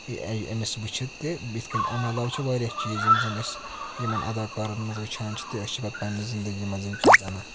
A أمِس وٕچھِتھ تہِ یِتھ کٔنۍ امہِ علاوٕ چھِ واریاہ چیٖز یِم زَن أسۍ یِمَن اداکارَن منٛز وٕچھان چھِ تہٕ أسۍ چھِ پَتہٕ پَننہِ زندگی منٛز یِم چیٖز اَنان